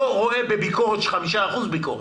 לא רואה בביקורת של חמישה אחוזים ביקורת.